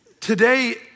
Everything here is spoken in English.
today